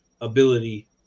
ability